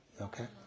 Okay